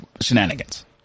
Shenanigans